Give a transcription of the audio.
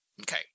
Okay